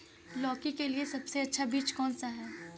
लौकी के लिए सबसे अच्छा बीज कौन सा है?